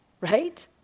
right